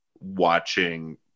watching